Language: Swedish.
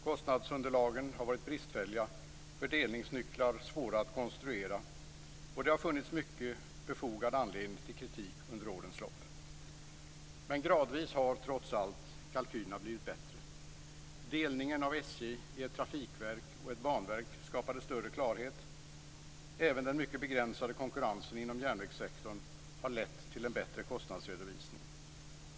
Kostnadsunderlagen har varit bristfälliga, fördelningsnycklar svåra att konstruera och det har funnits anledning till mycket befogad kritik under årens lopp. Men kalkylerna har trots allt gradvis blivit bättre. Delningen av SJ i ett trafikverk och ett banverk skapade en större klarhet. Även den mycket begränsade konkurrensen inom järnvägssektorn har lett till en bättre kostnadsredovisning.